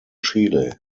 chile